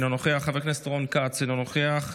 אינו נוכח, חבר הכנסת רון כץ, אינו נוכח,